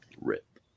Rip